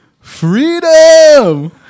freedom